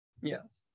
Yes